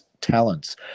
talents